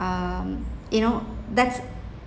um you know that's